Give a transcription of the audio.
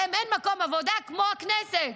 להם אין מקום עבודה כמו הכנסת.